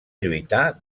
lluitar